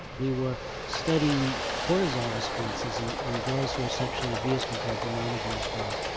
we were studying cortisol responses in in girls who are sexually abused compared to non-abused girls.